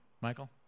Michael